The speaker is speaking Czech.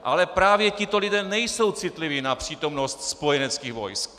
Ale právě tito lidé nejsou citliví na přítomnost spojeneckých vojsk.